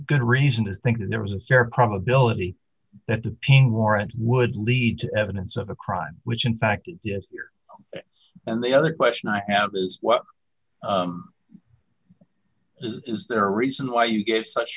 good reason to think that there was a scare probability that the ping warrant would lead to evidence of a crime which in fact and the other question i have is is there a reason why you gave such